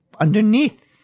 underneath